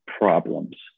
problems